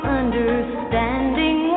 understanding